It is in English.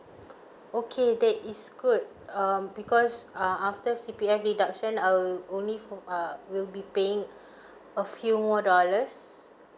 okay that is good um because uh after C_P_F deduction I'll only for uh will be paying a few more dollars